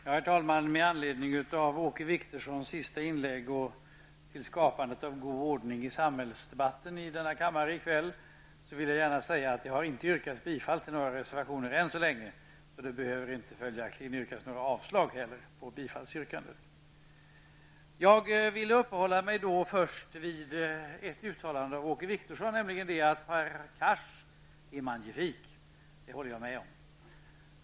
Herr talman! Med anledning av Åke Wictorssons senaste inlägg och till skapandet av god ordning i samhällsdebatten i denna kammare i kväll vill jag gärna säga att jag inte har yrkat bifall till några reservationer än så länge, så det behöver följakligen inte heller yrkas några avslag på bifallsyrkanden. Jag vill först uppehålla mig vid ett uttalande av Åke Wictorsson, nämligen det att Hadar Cars är magnifik. Det håller jag med om.